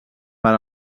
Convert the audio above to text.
per